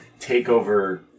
takeover